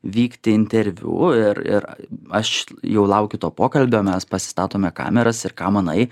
vykti interviu ir ir aš jau laukiu to pokalbio mes pasistatome kameras ir ką manai